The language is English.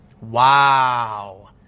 Wow